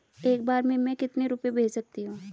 एक बार में मैं कितने रुपये भेज सकती हूँ?